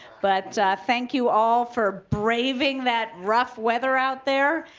but thank you all for braving that rough weather out there.